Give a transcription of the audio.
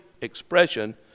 expression